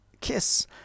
kiss